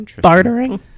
bartering